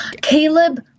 Caleb